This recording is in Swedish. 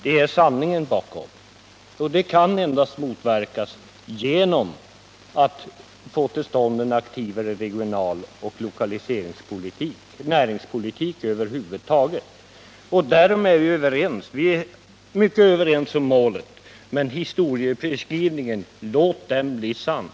Det är som sagt sanningen bakom, och det kan endast motverkas genom att vi får till stånd en aktivare regionaloch lokaliseringspolitik, en annan näringspolitik över huvud taget, och därom är vi överens. Vi är mycket överens om målet, men låt historieskrivningen bli sann!